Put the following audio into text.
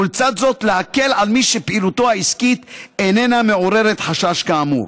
ולצד זאת להקל על מי שפעילותו העסקית איננה מעוררת חשש כאמור.